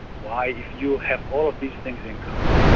why if you have all of these things in common,